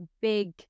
big